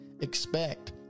expect